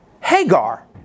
Hagar